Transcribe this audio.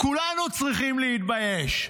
כולנו צריכים להתבייש,